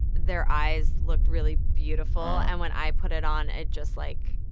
their eyes looked really beautiful. and when i put it on, it just, like,